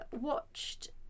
watched